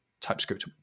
TypeScript